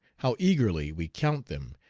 how eagerly we count them,